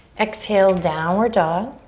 exhale, downward dog.